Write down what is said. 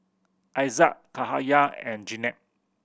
Aizat Cahaya and Jenab